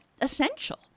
essential